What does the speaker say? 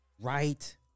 Right